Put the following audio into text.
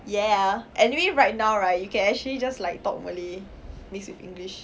ya anyway right now right you can actually just like talk malay mixed with english